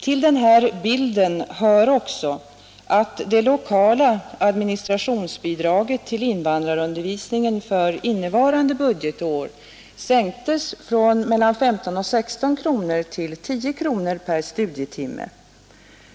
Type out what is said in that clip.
Till bilden hör också att det lokala administrationsbidraget till invandrarundervisningen för innevarande budgetår sänktes från 15—16 kronor till 10 kronor per studietimme.